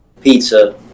pizza